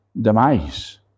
demise